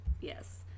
Yes